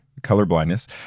colorblindness